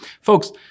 Folks